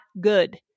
good